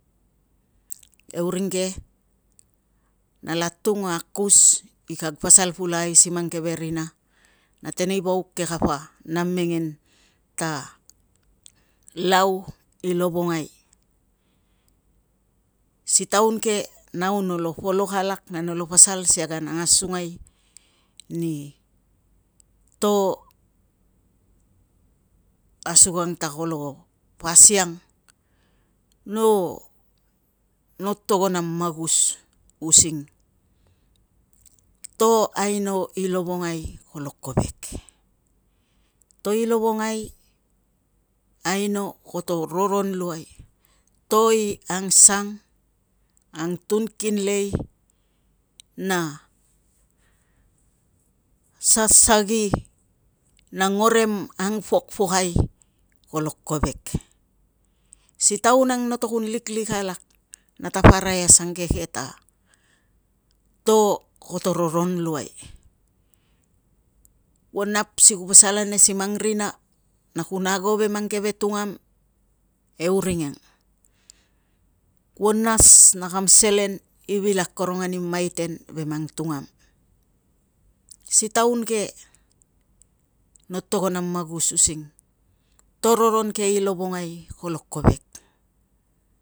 E uring ge nala atung a akus i kag pasal pulakai si mang keve rina. Na tenei vauk ke kapa na mengen ta lau i lovongai, si taun ke nau nolo pollok alak na nolo pasal asi kag an angasungai ni to asukang ta kolo pasiang, no togon a magus using to aino i lovongai kolo kovek. To i lovongai aino koto roron luai, to i angsang, angtunkinlei, si tun ang noto kun liklik alak natapa arai asangeke ta koto roron luai. Kuo nap si ku pasal ane si mang rina na kun ago ve mang keve tungam e uring ang. Kuo nas na kam selen i vil akorong ani maiten ve mang tungam. Si taun ke no togon a magus using to roron ke i lovongai kolo kovek